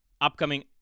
upcoming